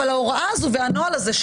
אבל ההוראה הזו והנוהל הזה,